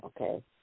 okay